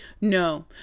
No